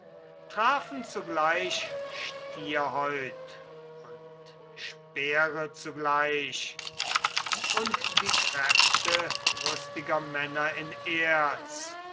trafen zugleich stierhäut und speere zugleich und die kräfte rüstiger männer in erz